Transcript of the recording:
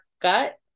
gut